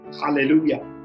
Hallelujah